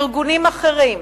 ארגונים אחרים,